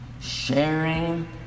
sharing